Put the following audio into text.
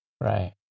Right